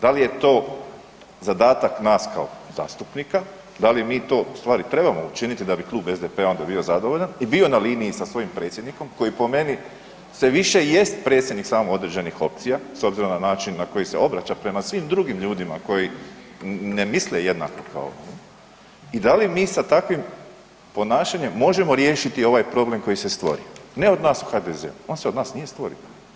Da li je to zadatak nas kao zastupnika, da li mi to u stvari trebamo učiniti da bi Klub SDP-a onda bio zadovoljan i bio na liniji sa svojim predsjednikom koji po meni sve više jest samo određenih opcija s obzirom na način na koji se obraća prema svim drugim ljudima koji ne misle jednako kao on i da li mi sa takvim ponašanjem možemo riješiti ovaj problem koji se stvorio, ne od nas u HDZ-u, on se od nas nije stvorio.